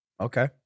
Okay